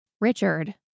Richard